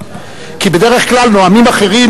בדרך כלל נואמים אחרים,